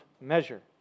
measure